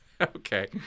okay